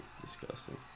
disgusting